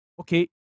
okay